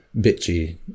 bitchy